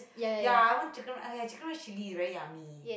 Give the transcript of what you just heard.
ya I want chicken ya chicken rice chilli very yummy